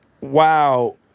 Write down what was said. wow